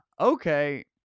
okay